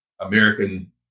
American